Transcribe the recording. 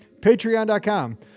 Patreon.com